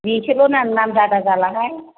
बेसोरनो ना नाम जादा जालांनाय